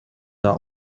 are